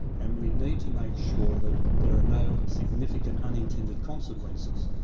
and we need to make sure that there are no significant unintended consequences.